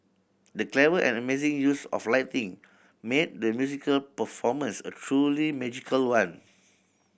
the clever and amazing use of lighting made the musical performance a truly magical one